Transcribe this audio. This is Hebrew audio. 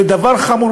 זה דבר חמור,